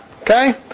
okay